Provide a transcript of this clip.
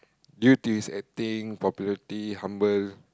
due to his acting popularity humble